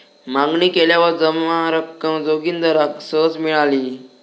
मागणी केल्यावर जमा रक्कम जोगिंदराक सहज मिळाली